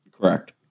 Correct